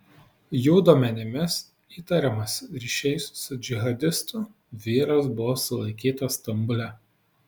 jų duomenimis įtariamas ryšiais su džihadistu vyras buvo sulaikytas stambule